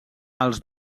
els